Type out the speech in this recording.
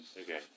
Okay